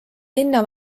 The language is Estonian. linna